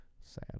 Sad